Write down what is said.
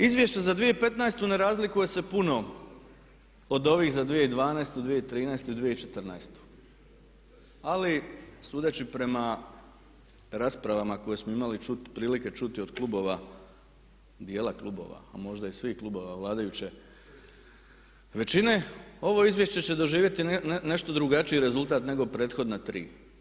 Izvješće za 2015. ne razlikuje se puno od ovih za 2012., 2013. i 2014., ali sudeći prema raspravama koje smo imali prilike čuti od klubova, djela klubova a možda i svih klubova vladajuće većine ovo izvješće će doživjeti nešto drugačiji rezultat nego prethodna tri.